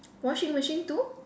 washing machine too